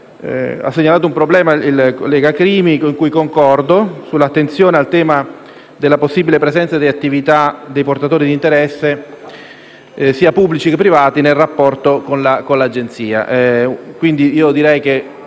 ha segnalato un problema con cui concordo, sull'attenzione al tema della possibile presenza dell'attività di portatori di interesse, sia pubblici che privati, nel rapporto con l'Agenzia: direi che